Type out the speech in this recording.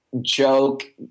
joke